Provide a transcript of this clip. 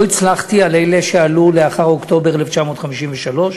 לא הצלחתי עם אלה שעלו לאחר אוקטובר 1953,